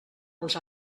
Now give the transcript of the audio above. els